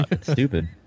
stupid